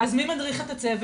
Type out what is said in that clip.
אז מי מדריך את הצוות?